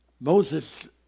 Moses